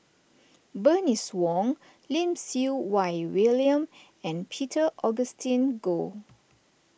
Bernice Wong Lim Siew Wai William and Peter Augustine Goh